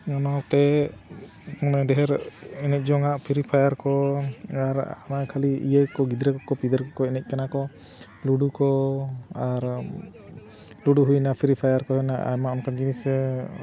ᱚᱱᱟᱛᱮ ᱢᱟᱱᱮ ᱰᱷᱮᱨ ᱮᱱᱮᱡ ᱡᱚᱝᱟᱜ ᱯᱷᱤᱨᱤ ᱯᱷᱟᱭᱟᱨ ᱠᱚ ᱟᱨ ᱠᱷᱟᱹᱞᱤ ᱤᱭᱟᱹ ᱠᱚ ᱜᱤᱫᱽᱨᱟᱹ ᱠᱚᱠᱚ ᱯᱤᱫᱟᱹᱨ ᱠᱚᱠᱚ ᱮᱱᱮᱡ ᱠᱟᱱᱟ ᱠᱚ ᱞᱩᱰᱩ ᱠᱚ ᱟᱨ ᱞᱩᱰᱩ ᱦᱩᱭᱮᱱᱟ ᱯᱷᱤᱨᱤ ᱯᱷᱟᱭᱟᱨ ᱠᱚ ᱦᱩᱭᱮᱱᱟ ᱟᱭᱢᱟ ᱚᱱᱠᱟ ᱡᱤᱱᱤᱥ